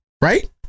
Right